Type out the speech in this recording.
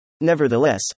Nevertheless